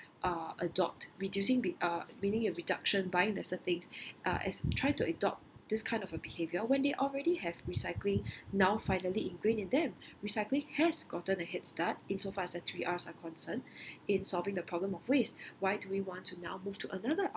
uh adopt reducing the uh meaning a reduction buying lesser things uh as we try to adopt this kind of a behaviour when they already have recycling now finally ingrained in them recycling has gotten a headstart in so far as the three Rs are concerned in solving the problem of waste why do we want to now move to another